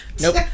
nope